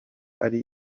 ari